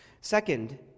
Second